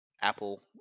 apple